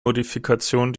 modifikationen